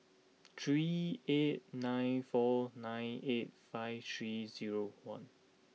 three eight nine four nine eight five three zero one